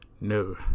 No